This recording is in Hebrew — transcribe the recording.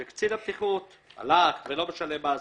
שקצין הבטיחות הלך ולא משנה מה הסיבה,